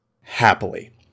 Happily